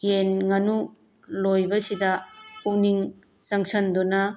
ꯌꯦꯟ ꯉꯥꯅꯨ ꯂꯣꯏꯕꯁꯤꯗ ꯄꯨꯛꯅꯤꯡ ꯆꯪꯁꯟꯗꯨꯅ